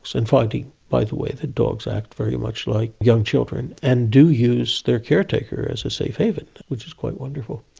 and finding, by the way, that dogs act very much like young children and do use their caretaker as a safe haven, which is quite wonderful.